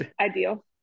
ideal